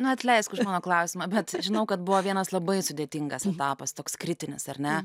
nu atleisk už mano klausimą bet žinau kad buvo vienas labai sudėtingas etapas toks kritinis ar ne